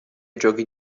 giochi